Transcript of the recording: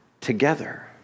Together